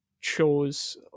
chose